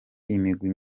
imigwi